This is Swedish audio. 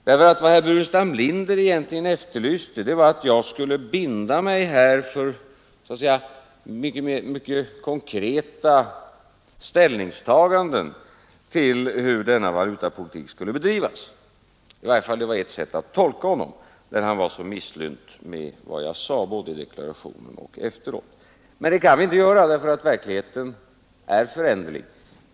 Vad herr Burenstam Linder egentligen efterlyste var att jag skulle binda mig för konkreta ställningstaganden till hur denna valutapolitik skall bedrivas — det var i varje fall ett sätt att tolka honom när han var så misslynt med vad jag sade både i deklarationen och efteråt. Men det kan vi inte göra därför att verkligheten är föränderlig.